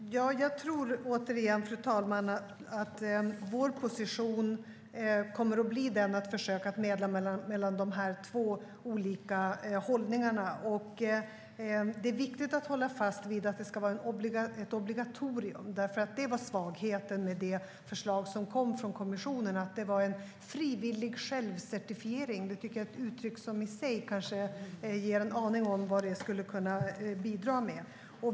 Fru talman! Jag tror, återigen, att vår position kommer att bli den att försöka medla mellan de två olika hållningarna. Det är viktigt att hålla fast vid att det ska vara ett obligatorium. Svagheten med det förslag som kom från kommissionen var nämligen att det handlade om en frivillig självcertifiering, vilket jag tycker är ett uttryck som i sig kanske ger en aning om vad det skulle kunna bidra med.